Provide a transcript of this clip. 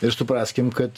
ir supraskim kad